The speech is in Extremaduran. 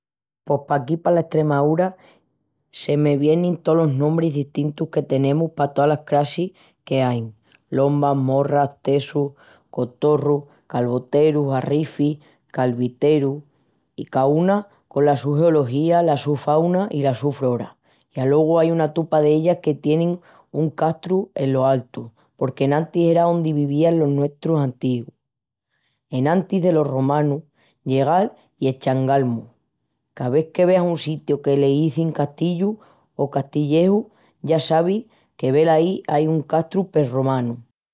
Pos paquí pala Estremaúra i se me vienin tolos nombris destintus que tenemus pa tolas crassis qu'ain. Lombas, morras, tesus, cotorrus, calvoterus, arrifis, calviterus. I caúna cola su geología, la su fauna i la su frora. I alogu ai una tupa d'ellas que tienin un castru eno altu porque enantis era ondi vivían los nuestrus antigus, enantis delos romanus llegal i eschangal-mus. Ca vés que veas un sitiu que l'izin castillu o castilleju ya sabis que velallí ai un castru prerromanu.